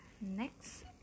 Next